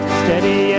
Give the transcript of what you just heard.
steady